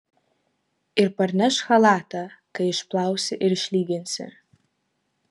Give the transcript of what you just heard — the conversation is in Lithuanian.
ir parnešk chalatą kai išplausi ir išlyginsi